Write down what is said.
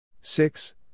Six